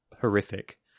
horrific